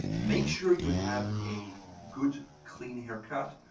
make sure you have a good clean hair cut,